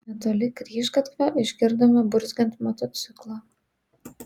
netoli kryžgatvio išgirdome burzgiant motociklą